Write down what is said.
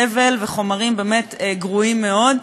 זבל וחומרים באמת גרועים מאוד.